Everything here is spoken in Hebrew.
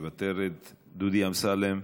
מוותרת, דודי אמסלם,